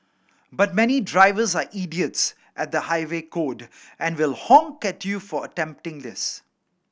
but many drivers are idiots at the highway code and will honk at you for attempting this